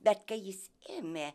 bet kai jis ėmė